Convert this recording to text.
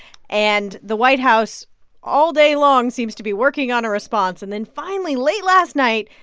and the white house all day long seems to be working on a response. and then finally late last night,